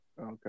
Okay